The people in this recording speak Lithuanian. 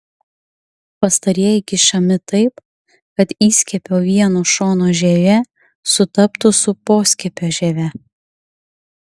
pastarieji kišami taip kad įskiepio vieno šono žievė sutaptų su poskiepio žieve